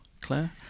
Claire